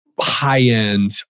high-end